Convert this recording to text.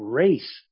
race